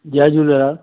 Jay Jhulelal